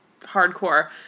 hardcore